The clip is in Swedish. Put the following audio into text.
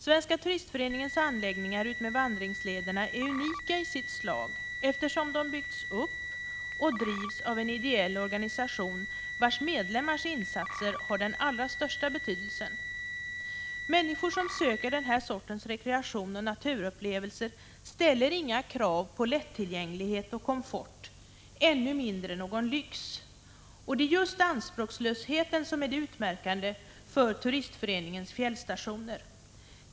Svenska turistföreningens anläggningar utmed vandringslederna är unika i sitt slag, eftersom de byggts upp och drivs av en ideell organisation, vars medlemmars insatser har den allra största betydelsen. Människor som söker den här sortens rekreation och naturupplevelser ställer inga krav på lättillgänglighet och komfort, ännu mindre någon lyx. Det är just anspråkslösheten som är det utmärkande för Turistföreningens fjällstationer.